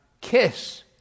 kiss